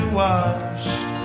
washed